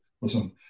listen